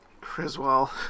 Criswell